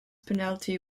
penalty